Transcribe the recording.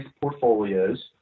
portfolios